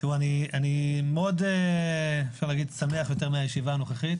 אני מאוד שמח מהישיבה הנוכחית